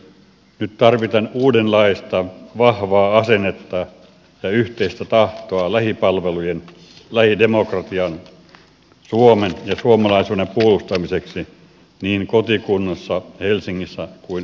nyt tarvitaan uudenlaista vahvaa asennetta ja yhteistä tahtoa lähipalvelujen lähidemokratian suomen ja suomalaisuuden puolustamiseksi niin kotikunnassa helsingissä kuin brysselissäkin